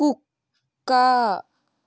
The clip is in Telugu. కుక్క